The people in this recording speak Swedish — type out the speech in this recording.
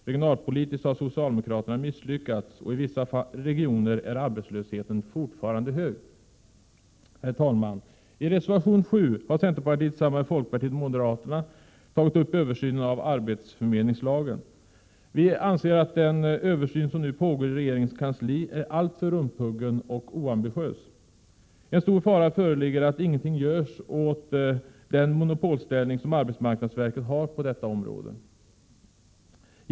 Regionalpolitiskt har socialdemokraterna misslyckats, och i vissa regioner är arbetslösheten fortfarande stor. Herr talman! I reservation 7 har centerpartiet tillsammans med folkpartiet 108 och moderaterna tagit upp översynen av arbetsförmedlingslagen. Vi anser att den översyn som nu pågår i regeringens kansli är alltför rumphuggen och oambitiös. En stor fara föreligger för att ingenting görs åt den monopolställning som arbetsmarknadsverket har på detta område.